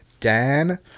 Dan